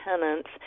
tenants